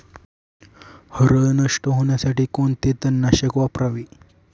हरळ नष्ट होण्यासाठी कोणते तणनाशक वापरावे?